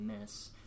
miss